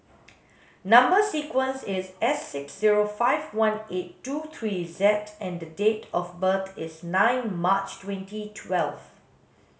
number sequence is S six zero five one eight two three Z and date of birth is nine March twenty twelve